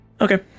Okay